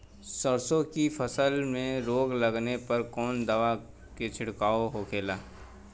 सरसों की फसल में रोग लगने पर कौन दवा के छिड़काव होखेला?